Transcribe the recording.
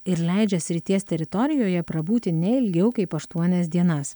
ir leidžia srities teritorijoje prabūti ne ilgiau kaip aštuonias dienas